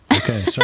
Okay